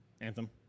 Anthem